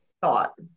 thought